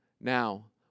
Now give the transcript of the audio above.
Now